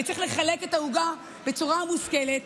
ושצריך לחלק את העוגה בצורה מושכלת.